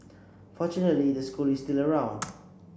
fortunately the school is still around